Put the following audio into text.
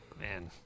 man